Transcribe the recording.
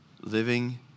living